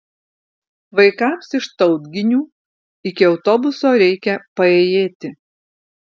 vaikams iš tautginių iki autobuso reikia paėjėti